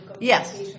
Yes